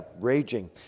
raging